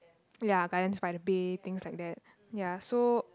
ya Gardens-y-the-Bay things like that ya so